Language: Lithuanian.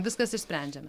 viskas išsprendžiama